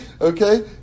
okay